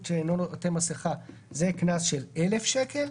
לאדם שאינו עוטה מסכה זה קנס של 1,000 ש"ח,